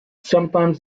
sometimes